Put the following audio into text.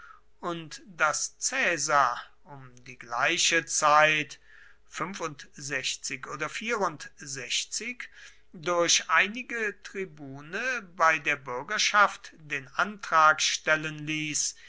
und daß caesar um die gleiche zeit durch einige tribune bei der bürgerschaft den antrag stellen ließ